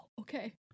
Okay